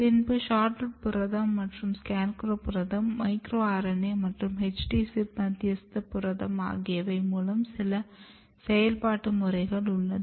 பின்பு SHORTROOT புரதம் மற்றும் SCARECROW புரதம் மைக்ரோ RNA மற்றும் HD ZIP மத்யஸ்த புரதம் ஆகியவை மூலம் சில செயல்பாட்டு முறைகள் உள்ளது